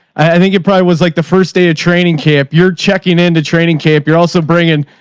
i think it probably was like the first day of training camp. you're checking into training camp. you're also bringing,